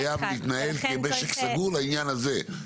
הוא חייב להתנהל כמשק סגור לעניין הזה,